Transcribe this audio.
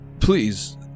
please